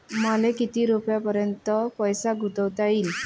मले किती रुपयापर्यंत पैसा गुंतवता येईन?